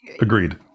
Agreed